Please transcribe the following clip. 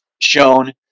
shown